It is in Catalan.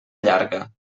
llarga